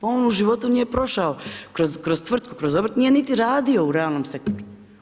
On u životu nije prošao kroz tvrtku, kroz obrt, nije niti radio u realnom sektoru.